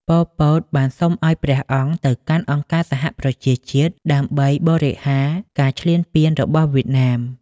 ប៉ុល ពត បានសុំឱ្យព្រះអង្គទៅកាន់អង្គការសហប្រជាជាតិដើម្បីបរិហារការឈ្លានពានរបស់វៀតណាម។